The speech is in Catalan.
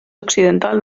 occidental